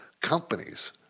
companies